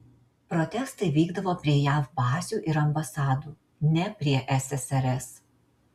protestai vykdavo prie jav bazių ir ambasadų ne prie ssrs